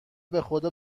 بخدا